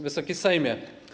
Wysoki Sejmie!